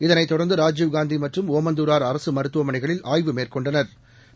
இதனைத் தொடர்ந்தராஜீவ்காந்திமற்றும் ஒமந்துராா் அரசுமருத்துவமனைகளில் ஆய்வு மேற்கொண்டனா்